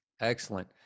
Excellent